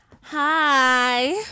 Hi